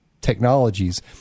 technologies